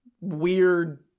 weird